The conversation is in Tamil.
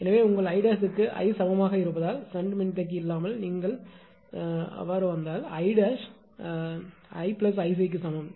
எனவே உங்கள் 𝐼' க்கு 𝐼 சமமாக இருப்பதால் ஷன்ட் மின்தேக்கி இல்லாமல் நீங்கள் அங்கு வந்தால் 𝐼 ′ ஷன்ட் மின்தேக்கியுடன் க்கு 𝐼 𝐼𝑐 சமம்